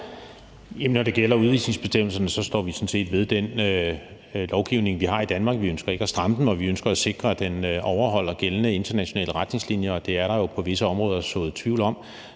når det gælder udvisningsbestemmelserne, står vi sådan set ved den lovgivning, vi har i Danmark. Vi ønsker ikke at stramme den, og vi ønsker at sikre, at den overholder gældende internationale retningslinjer – og det er der jo på visse områder sået tvivl om.